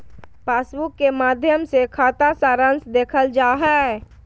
passbook के माध्मय से खाता सारांश देखल जा हय